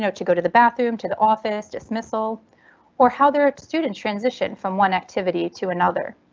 so to go to the bathroom, to the office, dismissal or how their students transition from one activity to another.